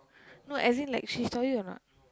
no as in like she saw it or not